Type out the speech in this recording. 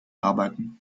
arbeiten